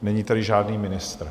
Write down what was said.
Není tady žádný ministr.